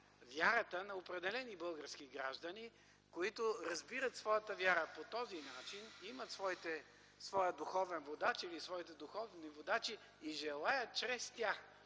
вярата на определени български граждани, които разбират своята вяра по този начин, имат своя духовен водач или своите духовни водачи и желаят чрез тях